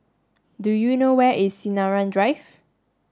do you know where is Sinaran Drive